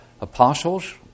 apostles